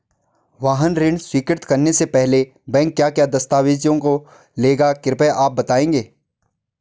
वाहन ऋण स्वीकृति करने से पहले बैंक क्या क्या दस्तावेज़ों को लेगा कृपया आप बताएँगे?